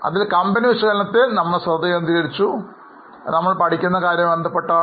അതിൽ കമ്പനി വിശകലനത്തിൽ നമ്മൾ ശ്രദ്ധകേന്ദ്രീകരിച്ചു അത് നമ്മൾ പഠിക്കുന്ന കാര്യവുമായി ബന്ധപ്പെട്ടതാണ്